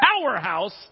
powerhouse